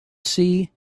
see